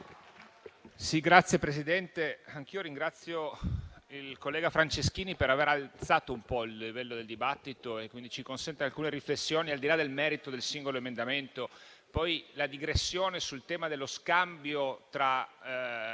Signora Presidente, anch'io ringrazio il collega Franceschini per aver alzato un po' il livello del dibattito, il che ci consente di fare alcune riflessioni al di là del merito del singolo emendamento. La digressione sul tema dello scambio tra